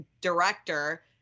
director